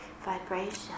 vibration